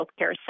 healthcare